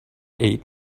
eight